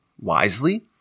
wisely